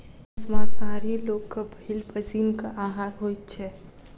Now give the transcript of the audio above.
मौस मांसाहारी लोकक पहिल पसीनक आहार होइत छै